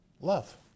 love